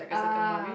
ah